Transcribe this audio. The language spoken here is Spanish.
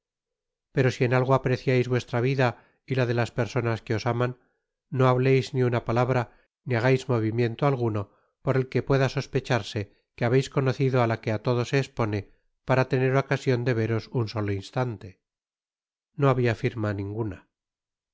pero si eu algo apreciais vuestra vida y la de las personas que os aman no hableis ni una palabra ni hagais movimiento alguno por el que pueda sos pecharse que habeis conocido á la que á todo se espone para tener ocasion de veros un solo instante content from